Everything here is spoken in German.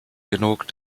genug